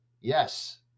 yes